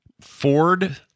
Ford